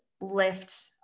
lift